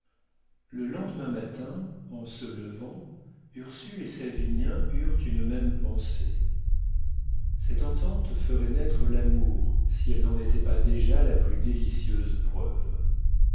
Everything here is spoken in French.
le lendemain matin en se levant ursule et savinien eurent une même pensée cette entente ferait naître l'amour si elle n'en était pas déjà la plus délicieuse preuve